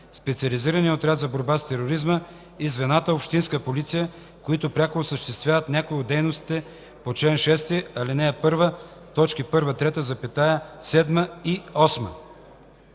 Специализираният отряд за борба с тероризма и звената „Общинска полиция”, които пряко осъществяват някои от дейностите по чл. 6, ал. 1, т. 1 – 3, 7 и 8.”